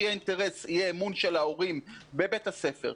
יהיה אמון של ההורים בבית הספר.